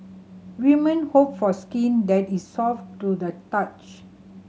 women hope for skin that is soft to the touch